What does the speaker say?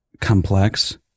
complex